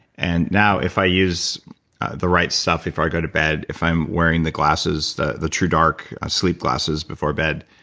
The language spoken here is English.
and now if i use the right stuff before i go to bed, if i'm wearing the glasses, the the truedark sleep glasses before bed,